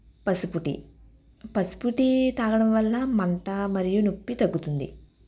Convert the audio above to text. పసుపు టీ పసుపు టీ తాగడం వల్ల మంట మరియు నొప్పి తగ్గుతుంది